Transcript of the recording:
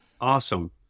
Awesome